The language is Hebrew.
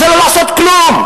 זה לא לעשות כלום,